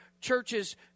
Churches